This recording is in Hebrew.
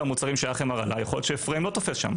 המוצרים שהיה הרעלה אולי פריים לא תופס שם.